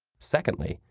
secondly,